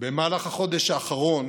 במהלך החודש האחרון